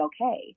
okay